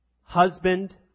Husband